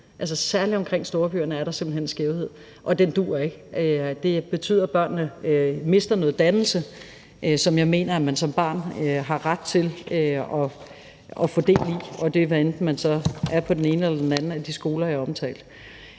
Særlig omkring storbyerne er der simpelt hen en skævhed, og den duer ikke. Det betyder, at børnene mister noget dannelse, som jeg mener man som barn har ret til at få del i. Det er, hvad enten man så er på den ene eller den anden af den type skoler, jeg omtalte.